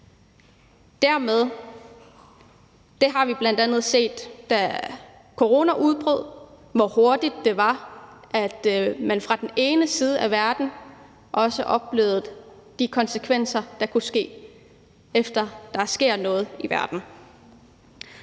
Der så vi bl.a., da der udbrød corona, hvor hurtigt det var, at man i den ene del af verden oplevede de konsekvenser, der kunne være, efter der var sket noget i en